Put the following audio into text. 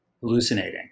hallucinating